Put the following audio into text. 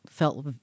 felt